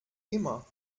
immer